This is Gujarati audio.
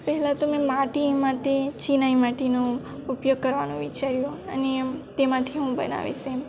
પહેલાં તો મે માટી માટે ચિનાઈ માટીનો ઉપયોગ કરવાનું વિચાર્યું અને તેમાંથી હું બનાવીશ એમ